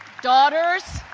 daughters,